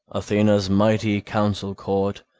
athena's mighty council-court,